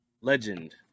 Legend